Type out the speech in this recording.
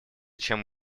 чем